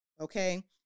Okay